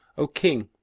o king,